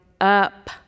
up